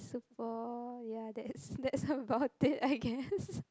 so for ya that's that's somebody I guess